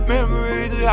Memories